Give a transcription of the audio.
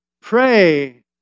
pray